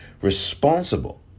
responsible